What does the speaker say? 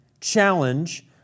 challenge